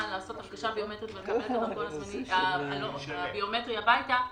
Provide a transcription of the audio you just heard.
לעשות הרכשה ביומטרית ולקבל את הדרכון הביומטרי הביתה,